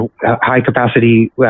high-capacity